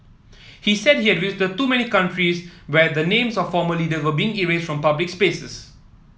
he said he had visited too many countries where the names of former leader were being erased from public places